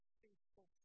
faithful